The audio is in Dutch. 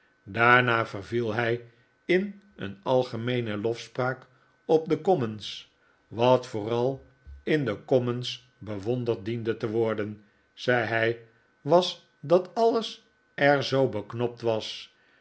daarna verviel hij in een algemeene lofspraak op de commons wat vooral in de commons bewonderd diende te worden zei hij was dat alles er zoo beknopt was